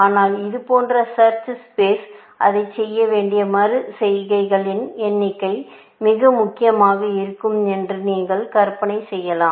ஆனால் இது போன்ற சர்ச் ஸ்பேஸ் அதைச் செய்ய வேண்டிய மறு செய்கைகளின் எண்ணிக்கை மிக முக்கியமாக இருக்கும் என்று நீங்கள் கற்பனை செய்யலாம்